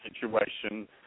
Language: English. situation